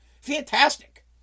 Fantastic